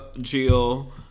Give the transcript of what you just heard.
Jill